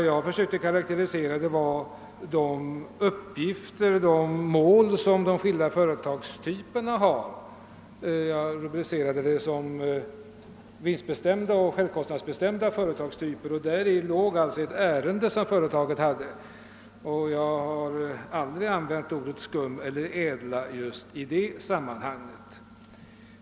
Jag försökte karakterisera de mål och uppgifter som skilda företagstyper har och sade då att det fanns vinstbestämda och självkostnadsbestämda företagstyper. Jag har aldrig använt orden skum eller ädel i det sammanhanget.